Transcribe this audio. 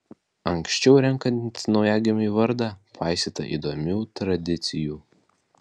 anksčiau renkant naujagimiui vardą paisyta įdomių tradicijų